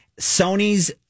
Sony's